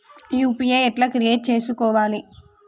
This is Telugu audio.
యూ.పీ.ఐ ఎట్లా క్రియేట్ చేసుకోవాలి?